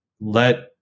let